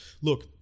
look